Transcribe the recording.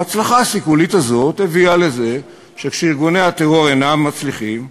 וההצלחה הסיכולית הזאת הביאה לזה שכשארגוני הטרור אינם מצליחים,